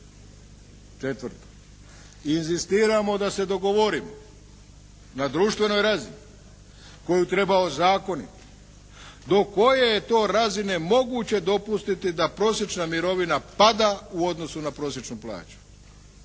Četvrto, inzistiramo da se dogovorimo na društvenoj razini koju treba ozakoniti. Do koje je to razine moguće dopustiti da prosječna mirovina pada u odnosu na prosječnu plaću